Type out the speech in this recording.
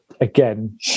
again